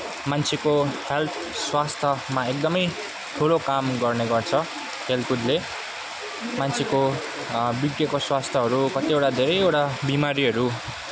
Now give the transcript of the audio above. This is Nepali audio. मान्छेको हेल्थ स्वास्थ्यमा एकदमै ठुलो काम गर्ने गर्छ खेलकुदले मान्छेको बिग्रिएको स्वास्थ्यहरू कतिवटा धेरैवटा बिमारीहरू